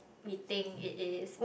we think it is